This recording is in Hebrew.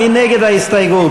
מי נגד ההסתייגות?